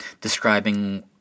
describing –